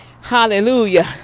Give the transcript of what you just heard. Hallelujah